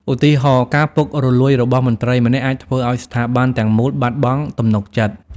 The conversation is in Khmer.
ឧទាហរណ៍ ការពុករលួយរបស់មន្ត្រីម្នាក់ អាចធ្វើឲ្យស្ថាប័នទាំងមូលបាត់បង់ទំនុកចិត្ត។